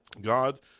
God